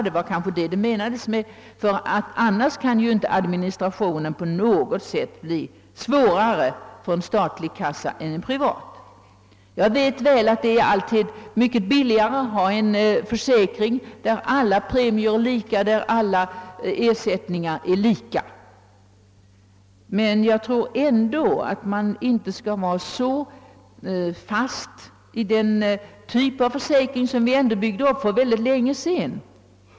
Man avsåg kanske något sådant, ty administrationen kan ju inte på något sätt bli svårare för en statlig än för en privat försäkringskassa. Jag vet mycket väl att det alltid ställer sig billigare att ha en försäkring med enhetliga premier och ersättningar, men jag anser ändå att man inte skall vara så bunden vid den typ av försäkring vi nu har, som ändå byggdes upp för mycket länge sedan.